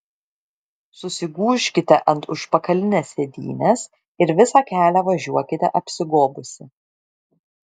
susigūžkite ant užpakalinės sėdynės ir visą kelią važiuokite apsigobusi